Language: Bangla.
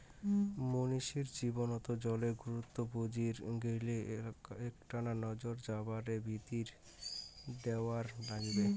মানষির জীবনত জলের গুরুত্ব বুজির গেইলে এ্যাকনা নজর যাযাবরের ভিতি দ্যাওয়ার নাইগবে